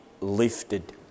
lifted